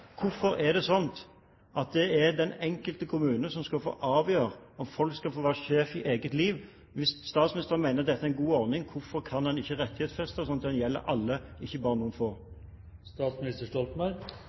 Hvorfor er det slik at det er den enkelte kommune som skal få avgjøre om folk skal få være sjef i eget liv? Hvis statsministeren mener dette er en god ordning, hvorfor kan han ikke rettighetsfeste det, slik at det gjelder alle, ikke bare noen